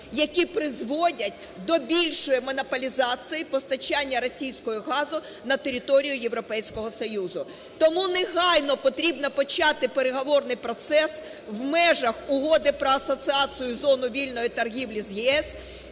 які призводять до більшої монополізації постачання російського газу на територію Європейського Союзу. Тому негайно потрібно почати переговорний процес в межах Угоди про асоціацію, зону вільної торгівлі з ЄС,